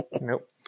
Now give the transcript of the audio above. Nope